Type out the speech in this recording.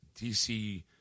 DC